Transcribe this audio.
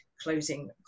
closing